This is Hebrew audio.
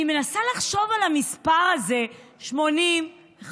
אני מנסה לחשוב על המספר הזה, 85,000,